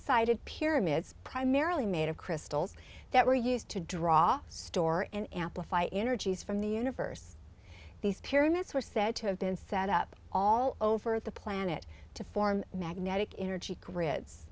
sided pyramids primarily made of crystals that were used to draw store and amplify energies from the universe these pyramids were said to have been set up all over the planet to form magnetic energy gri